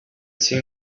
seen